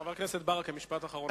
חבר הכנסת ברכה, משפט אחרון בבקשה.